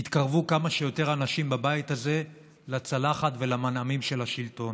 יתקרבו כמה שיותר אנשים בבית הזה לצלחת ולמנעמים של השלטון.